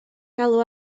galw